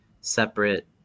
separate